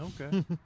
Okay